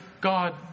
God